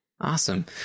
awesome